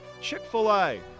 Chick-fil-A